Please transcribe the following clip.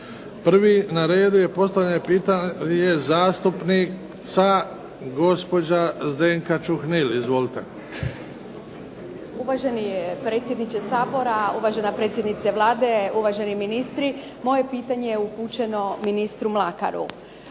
Prvi na redu je postavljanje pitanja je zastupnica gospođa Zdenka Čuhnil. Izvolite. **Čuhnil, Zdenka (Nezavisni)** Uvaženi predsjedniče Sabora, uvažena predsjednice Vlade, uvaženi ministri, moje pitanje je upućeno ministru Mlakaru.